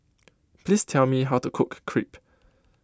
please tell me how to cook Crepe